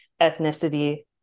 ethnicity